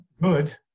good